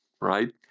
right